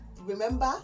remember